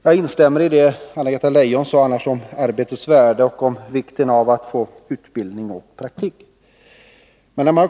Jag instämmer annars i det Anna-Greta Leijon sade om arbetets värde och om vikten av att få utbildning och praktik.